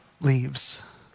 leaves